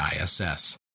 ISS